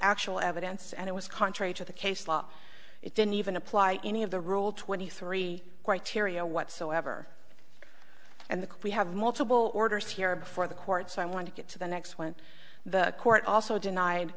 actual evidence and it was contrary to the case law it didn't even apply any of the rule twenty three criteria whatsoever and the we have multiple orders here before the court so i want to get to the next one the court also denied